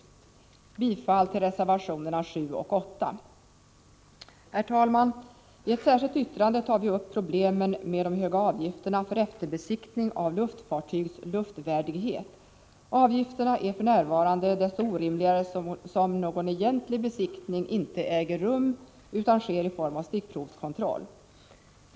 Jag yrkar bifall till reservationerna 7 och 8. Herr talman! I ett särskilt yttrande tar vi upp problemen med de höga avgifterna för efterbesiktning av luftfartygs luftvärdighet. Avgifterna är för närvarande desto orimligare som någon egentlig besiktning inte äger rum utan sker i form av stickprovskontroll.